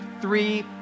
three